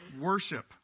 Worship